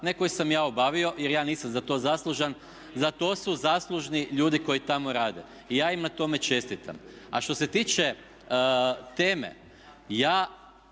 ne koju sam ja obavio jer ja nisam za to zaslužan, za to su zaslužni ljudi koji tamo rade. I ja im na tome čestitam. A što se tiče teme, ja